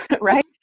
Right